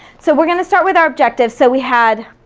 so we're gonna start with our objectives. so we had